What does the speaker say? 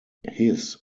his